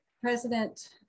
president